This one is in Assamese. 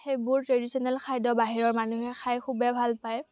সেইবোৰ ট্ৰেডিশ্য়নেল খাদ্য় বাহিৰৰ মানুহে খাই খুবেই ভাল পায়